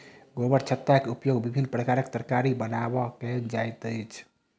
गोबरछत्ता के उपयोग विभिन्न प्रकारक तरकारी बनबय कयल जाइत अछि